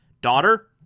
daughter